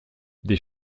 des